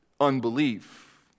unbelief